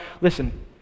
Listen